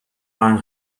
van